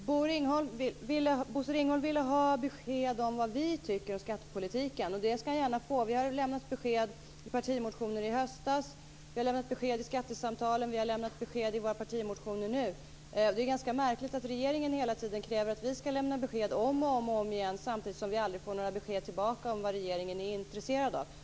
Bosse Ringholm ville ha besked om vad vi tycker om skattepolitiken. Det skall han gärna få. Vi har lämnat besked i partimotioner i höstas. Vi har lämnat besked i skattesamtalen. Vi har lämnat besked i våra partimotioner nu. Det är ganska märkligt att regeringen hela tiden kräver att vi skall lämna besked om och om igen, samtidigt som vi aldrig får några besked tillbaka om vad regeringen är intresserad av.